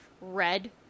Red